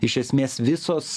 iš esmės visos